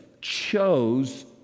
chose